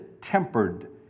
tempered